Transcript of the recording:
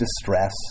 distress